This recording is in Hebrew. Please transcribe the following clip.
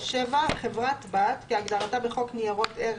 (7)חברה-בת כהגדרתה בחוק ניירות ערך,